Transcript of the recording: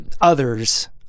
others